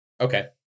Okay